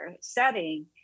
setting